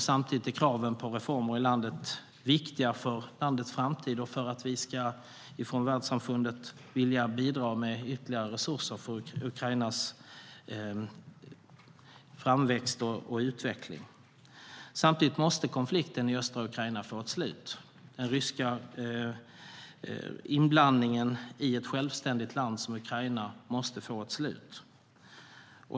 Samtidigt är kraven på reformer i landet viktiga för landets framtid och för att världssamfundet ska vilja bidra med ytterligare resurser för Ukrainas framväxt och utveckling. Konflikten i östra Ukraina måste få ett slut. Den ryska inblandningen i ett självständigt land som Ukraina måste få ett slut.